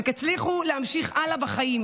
ותצליחו להמשיך הלאה בחיים